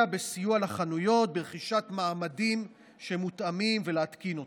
בסיוע לחנויות ברכישת מעמדים מותאמים ולהתקין אותם.